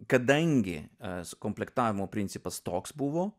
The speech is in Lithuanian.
kadangi sukomplektavimo principas toks buvo